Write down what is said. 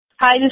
Hi